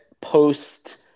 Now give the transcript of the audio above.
post